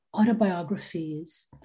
autobiographies